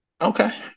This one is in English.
Okay